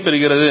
ஐப் பெறுகிறது